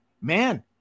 man